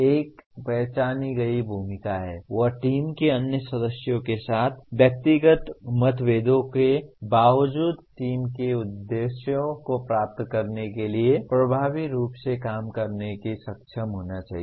एक पहचानी गई भूमिका है वह टीम के अन्य सदस्यों के साथ व्यक्तिगत मतभेदों के बावजूद टीम के उद्देश्यों को प्राप्त करने के लिए प्रभावी रूप से काम करने में सक्षम होना चाहिए